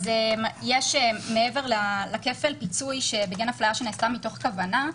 יש מעבר לכפל פיצוי בגין הפליה שנעשתה מתוך כוונה,